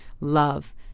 Love